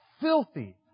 filthy